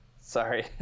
Sorry